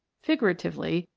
figuratively,